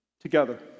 together